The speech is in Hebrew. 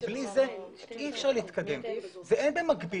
בלי זה אי אפשר להתקדם, ואין במקביל.